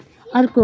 अर्को